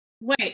Wait